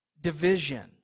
division